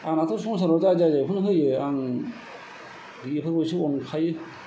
आंनाथ' संसाराव जा जायो बेखौनो होयो आं बेफोराव एसे अनखायो